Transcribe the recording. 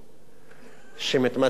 שמתמצית בכך